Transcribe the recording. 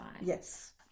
Yes